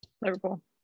Liverpool